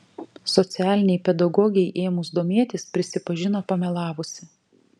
socialinei pedagogei ėmus domėtis prisipažino pamelavusi